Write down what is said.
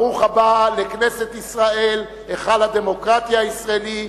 ברוך הבא לכנסת ישראל, היכל הדמוקרטי הישראלי.